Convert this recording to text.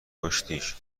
کشتیش